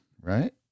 right